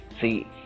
See